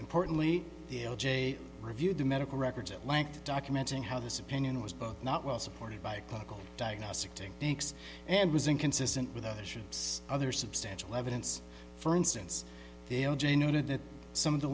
importantly the l j reviewed the medical records at length document in how this opinion was both not well supported by clinical diagnostic techniques and was inconsistent with other ships other substantial evidence for instance the o j noted that some of the